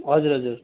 हजुर हजुर